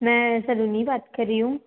मैं सलोनी बात कर रही हूँ